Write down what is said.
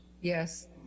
yes